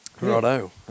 Righto